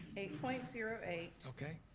eight point zero eight okay.